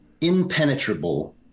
Impenetrable